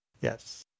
Yes